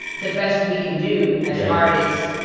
the best we can do as artists.